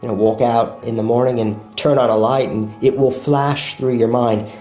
and walk out in the morning and turn on a light and it will flash through your mind,